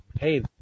hey